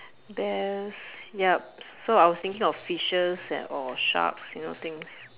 bears yup so I was thinking of fishes and or sharks you know things